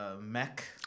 mech